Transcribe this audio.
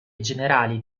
generali